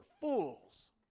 fools